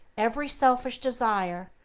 every selfish desire,